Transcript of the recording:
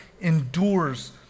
endures